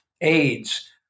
AIDS